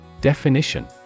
Definition